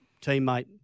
teammate